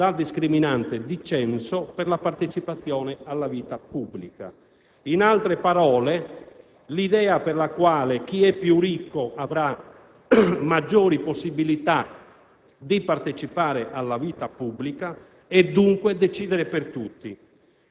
riproponendo senza dichiararlo ma in sostanza la discriminante di censo per la partecipazione alla vita pubblica: in altre parole, l'idea per la quale chi è più ricco avrà maggiori possibilità